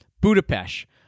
Budapest